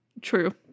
True